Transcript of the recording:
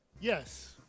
Yes